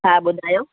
हा ॿुधायो